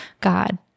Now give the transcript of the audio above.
God